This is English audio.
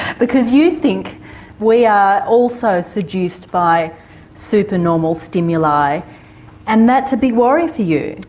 because you think we are also seduced by supernormal stimuli and that's a big worry for you.